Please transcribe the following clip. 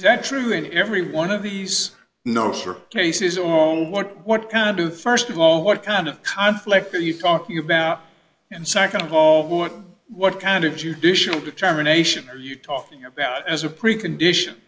that true in every one of these notes or cases on what what can do first of all what kind of conflict are you talking about and second of all what what kind of judicial determination are you talking about as a precondition